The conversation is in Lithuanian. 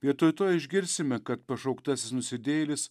vietoj to išgirsime kad pašauktasis nusidėjėlis